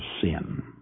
sin